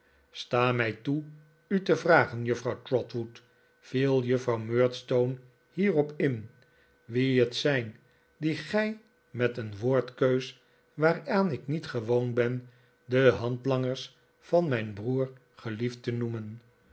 sta mij toe u te vragen juffrouw trotwood viel juffrouw murdstone hierop in wie het zijn die gij met een woordenkeus waaraan ik niet gewoon ben de handlangers van mijn broer gelieft te noemen